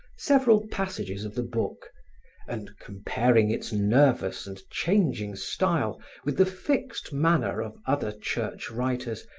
several passages of the book and, comparing its nervous and changing style with the fixed manner of other church writers,